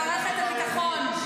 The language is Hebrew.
על מערכת הביטחון.